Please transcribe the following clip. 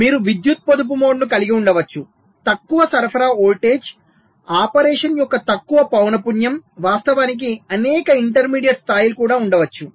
మీరు విద్యుత్ పొదుపు మోడ్ను కలిగి ఉండవచ్చు తక్కువ సరఫరా వోల్టేజ్ ఆపరేషన్ యొక్క తక్కువ పౌన పున్యం వాస్తవానికి అనేక ఇంటర్మీడియట్ స్థాయిలు కూడా ఉండవచ్చు